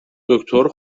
دکتر